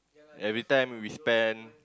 everytime we spend